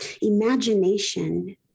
imagination